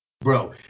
bro